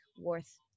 worth